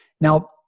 Now